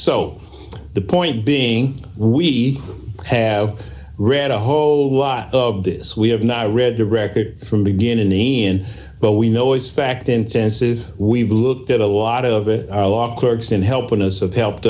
so the point being we have read a whole lot of this we have not read the record from begin an eon but we know as fact intensive we've looked at a lot of it our law clerks in helping us of helped